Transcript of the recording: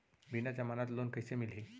बिना जमानत लोन कइसे मिलही?